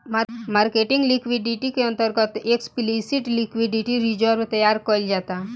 marketing liquidity के अंतर्गत explicit liquidity reserve तैयार कईल जाता